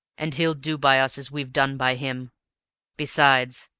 and he'll do by us as we've done by him besides,